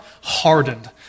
hardened